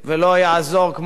כמו שאומרים בעגה,